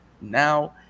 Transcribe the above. now